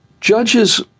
Judges